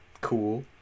Cool